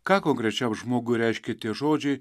ką konkrečiam žmogui reiškia tie žodžiai